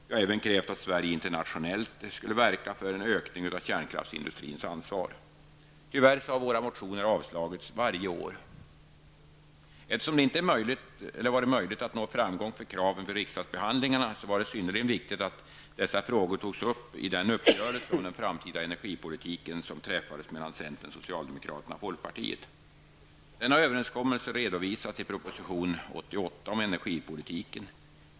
Vi har även krävt att Sverige internationellt skall verka för ökning av kärnkraftsindustrins ansvar. Tyvärr har våra motioner avslagits varje år. Eftersom det inte varit möjligt att nå framgång för kraven vid riksdagsbehandlingarna var det synnerligen viktigt att dessa frågor togs med i den uppgörelse om den framtida energipolitiken, som träffades mellan centern, socialdemokraterna och folkpartiet. om energipolitiken.